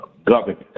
government